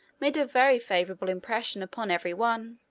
made a very favorable impression upon every one.